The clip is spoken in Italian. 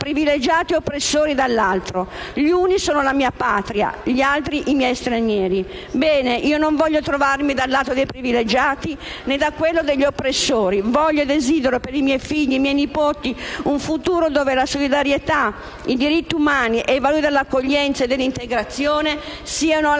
privilegiati e oppressori dall'altro. Gli uni sono la mia Patria, gli altri i miei stranieri». Bene, io non voglio trovarmi dal lato dei privilegiati, né da quello degli oppressori. Voglio e desidero, per i miei figli e i miei nipoti, un futuro dove la solidarietà, i diritti umani e i valori dell'accoglienza e dell'integrazione siano alla base